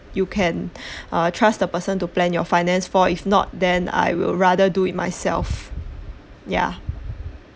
you can uh trust the person to plan your finance for if not then I would rather do it myself ya